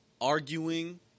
arguing